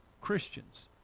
christians